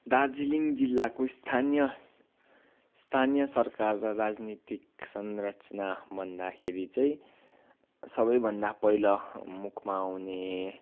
दार्जिलिङ जिल्लाको स्थानीय स्थानीय सरकार र राजनैतिक संरचना भन्दाखेरि चाहिँ सबैभन्दा पहिला मुखमा आउने